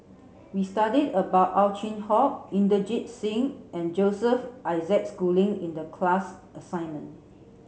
we studied about Ow Chin Hock Inderjit Singh and Joseph Isaac Schooling in the class assignment